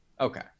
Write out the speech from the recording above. Okay